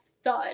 Thud